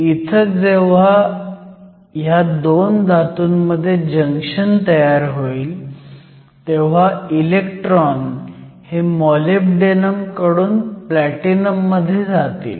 इथं जेव्हा ह्या 2 धातूंमध्ये जंक्शन तयार होईल तेव्हा इलेक्ट्रॉन हे मॉलिब्डेनम कडून प्लॅटिनम मध्ये जातील